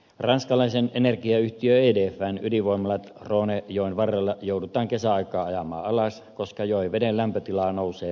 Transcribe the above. ranskalaisen energiayhtiön edfn ydinvoimalat rhone joen varrella joudutaan kesäaikaan ajamaan alas koska joen veden lämpötila nousee liikaa